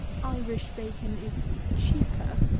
irish bacon is cheaper.